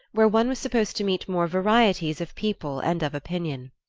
where one was supposed to meet more varieties of people and of opinion.